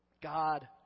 God